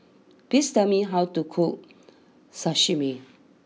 please tell me how to cook Sashimi